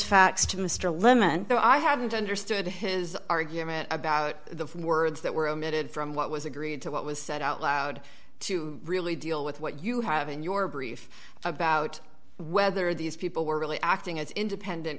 facts to mr lemon though i haven't understood his argument about the words that were omitted from what was agreed to what was said out loud to really deal with what you have in your brief about whether these people were really acting as independent